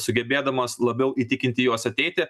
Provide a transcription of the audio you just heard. sugebėdamas labiau įtikinti juos ateiti